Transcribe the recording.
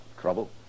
Trouble